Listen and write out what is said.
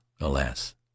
alas